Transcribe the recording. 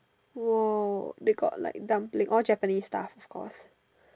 !wow! they got like dumpling all Japanese stuff of course